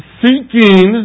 seeking